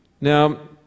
Now